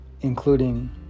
including